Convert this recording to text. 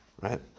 right